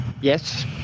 Yes